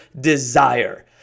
desire